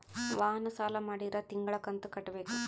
ವಾಹನ ಸಾಲ ಮಾಡಿದ್ರಾ ತಿಂಗಳ ಕಂತು ಕಟ್ಬೇಕು